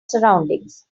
surroundings